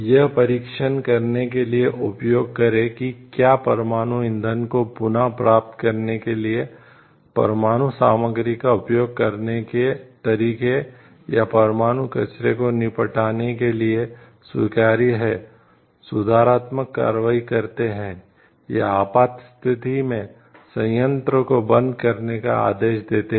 यह परीक्षण करने के लिए उपयोग करें कि क्या परमाणु ईंधन को पुनः प्राप्त करने के लिए परमाणु सामग्री का उपयोग करने के तरीके या परमाणु कचरे को निपटाने के लिए स्वीकार्य हैं सुधारात्मक कार्रवाई करते हैं या आपात स्थिति में संयंत्र को बंद करने का आदेश देते हैं